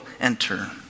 enter